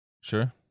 Sure